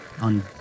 on